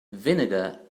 vinegar